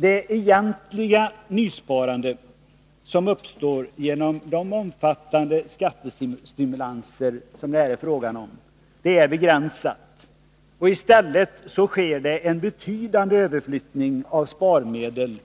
Det egentliga nysparande som uppstår genom de omfattande skattestimulanser som det här är fråga om är begränsat. I stället sker en betydande överflyttning av sparmedel